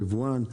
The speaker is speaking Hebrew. היבואן,